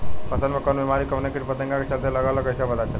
फसल में कवन बेमारी कवने कीट फतिंगा के चलते लगल ह कइसे पता चली?